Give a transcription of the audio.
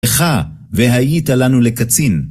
איכה והיית לנו לקצין